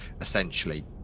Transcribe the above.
essentially